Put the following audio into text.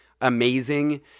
amazing